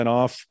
off